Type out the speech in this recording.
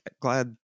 glad